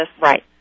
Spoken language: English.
Right